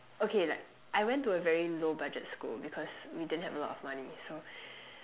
okay like I went to a very low budget school because we didn't have a lot of money so